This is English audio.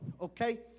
Okay